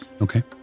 Okay